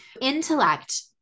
Intellect